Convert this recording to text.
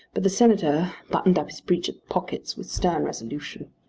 but the senator buttoned up his breeches pockets with stern resolution.